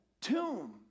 tomb